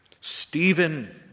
Stephen